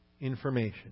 information